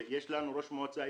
יש לנו ראש מועצה,